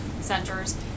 centers